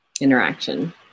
interaction